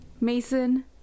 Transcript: Mason